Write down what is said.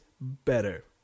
better